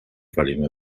volume